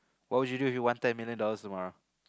what would you do if you wanted a million dollars tomorrow